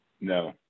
No